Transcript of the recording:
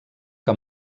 que